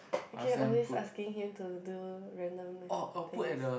you can always asking him to do random things